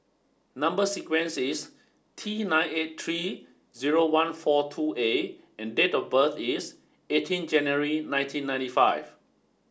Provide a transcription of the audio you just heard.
number sequence is T nine eight three zero one four two A and date of birth is eighteen January nineteen ninety five